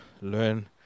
learn